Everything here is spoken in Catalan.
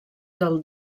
del